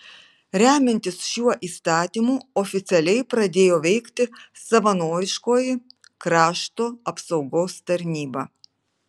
remiantis šiuo įstatymu oficialiai pradėjo veikti savanoriškoji krašto apsaugos tarnyba